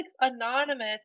Anonymous